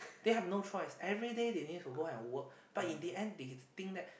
they have no choice everyday they need to go and work but in the end they think that